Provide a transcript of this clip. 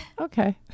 okay